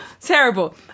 terrible